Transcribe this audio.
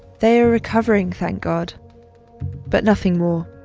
they are recovering, thank god but nothing more